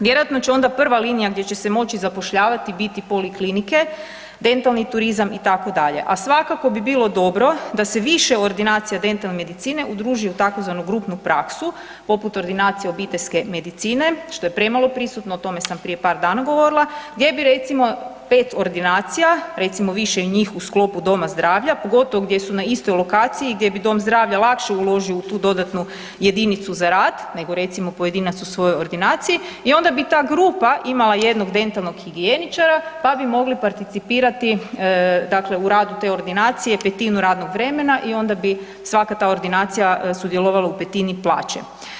Vjerojatno će onda prva linija gdje će se moći zapošljavati biti poliklinike, dentalni turizam itd., a svakako bi bilo dobro da se više ordinacija dentalne medicine udruži u tzv. grupnu praksu poput Ordinacije obiteljske medicine, što je premalo prisutno, o tome sam prije par dana govorila, gdje bi recimo 5 ordinacija, recimo više njih u sklopu doma zdravlja, pogotovo gdje su na istoj lokaciji, gdje bi dom zdravlja lakše uložio u tu dodatnu jedinicu za rad nego recimo pojedinac u svojoj ordinaciji i onda bi ta grupa imala jednog dentalnog higijeničara, pa bi mogli participirati, dakle u radu te ordinacije petinu radnog vremena i onda bi svaka ta ordinacija sudjelovala u petini plaće.